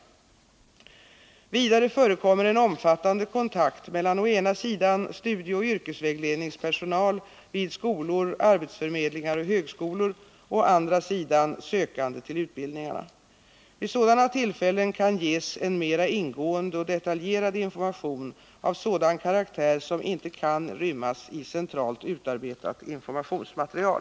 Vidare förekommer en omfattande kontakt mellan å ena sidan studieoch yrkesvägledningspersonal vid skolor, arbetsförmedlingar och högskolor och å andra sidan sökande till utbildningarna. Vid sådana tillfällen kan ges en mera ingående och detaljerad information av sådan karaktär som inte kan rymmas i centralt utarbetat informationsmaterial.